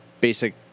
basic